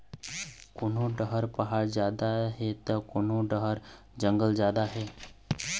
कोनो डहर पहाड़ जादा हे त कोनो डहर जंगल जादा हे